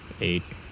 eight